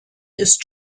ist